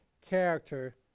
character